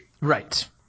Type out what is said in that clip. right